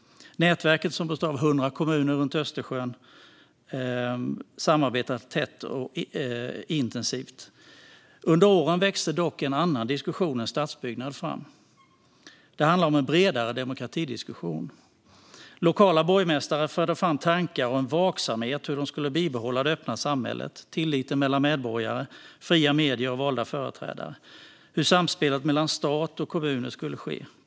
Nätverket, som består av 100 kommuner runt Östersjön, samarbetade tätt och intensivt. Under åren växte dock en annan diskussion än om stadsbyggnad fram: en bredare demokratidiskussion. Lokala borgmästare förde fram tankar och en vaksamhet när det gällde hur de skulle bibehålla det öppna samtalet, tilliten mellan medborgare, fria medier och valda företrädare och hur samspelet mellan staten och kommunerna skulle ske.